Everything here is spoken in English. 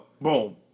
Boom